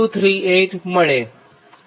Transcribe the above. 9238 મળે